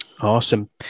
awesome